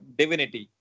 divinity